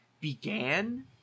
began